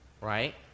right